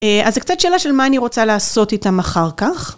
אז זו קצת שאלה של מה אני רוצה לעשות איתם אחר כך.